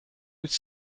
would